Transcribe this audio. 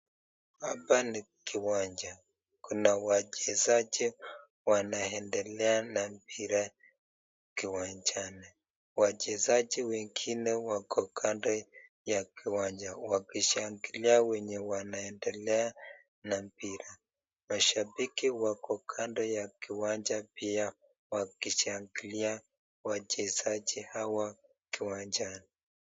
Hapa ni uwanja, kuna wachezaji wanaendelea na mpira kiwanjani. Wachezaji wengine wako kando ya kiwanja wakishangilia wenye wanaendelea na mpira. Mashabiki wako pia kando ya uwanja wakishangilia wachezaji hawa kiwanjani.